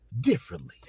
differently